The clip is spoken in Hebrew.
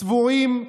צבועים,